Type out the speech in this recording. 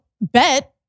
Bet